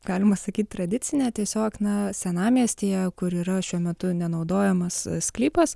galima sakyt tradicinė tiesiog na senamiestyje kur yra šiuo metu nenaudojamas sklypas